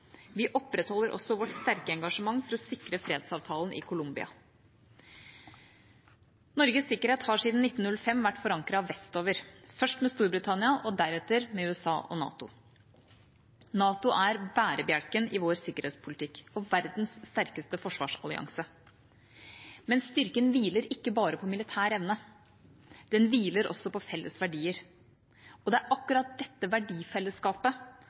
Vi opprettholder også vårt sterke engasjement for å sikre fredsavtalen i Colombia. Norges sikkerhet har siden 1905 vært forankret vestover, først med Storbritannia og deretter med USA og NATO. NATO er bærebjelken i vår sikkerhetspolitikk og verdens sterkeste forsvarsallianse. Men styrken hviler ikke bare på militær evne. Den hviler også på felles verdier. Det er akkurat dette verdifellesskapet